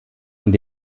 und